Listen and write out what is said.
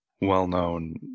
well-known